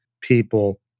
people